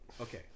okay